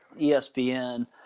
espn